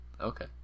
Okay